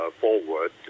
forward